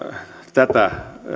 tätä